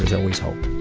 and always hope.